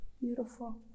Beautiful